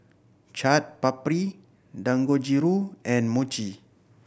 Chaat Papri Dangojiru and Mochi